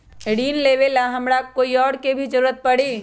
ऋन लेबेला हमरा कोई और के भी जरूरत परी?